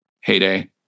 heyday